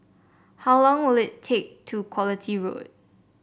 how long will it take to Quality Road